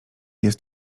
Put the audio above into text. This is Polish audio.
jest